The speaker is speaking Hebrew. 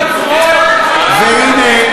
והנה,